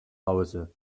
hause